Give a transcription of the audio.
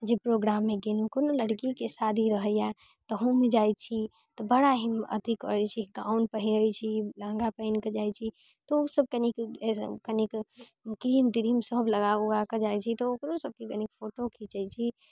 जे प्रोग्राममे गेलहुँ कोनो लड़कीके शादी रहैय तऽ हम जाइ छी तऽ बड़ा ही अथी करै छी गाउन पहिरै छी लहँगा पहिन कऽ जाइ छी तऽ ओ सब कनिक क्रीम त्रिम सब लगा उगा कऽ जाइ छी तऽ ओकरो सबके कनिक फोटो खीचै छी